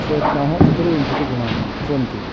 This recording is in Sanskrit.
प्रयत्नाः चतुर्विंशतिः गुणाः सन्ति